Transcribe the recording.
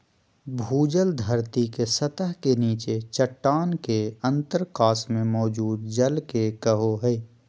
भूजल धरती के सतह के नीचे चट्टान के अंतरकाश में मौजूद जल के कहो हइ